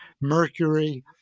mercury